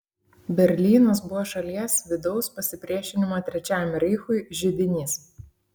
berlynas buvo šalies vidaus pasipriešinimo trečiajam reichui židinys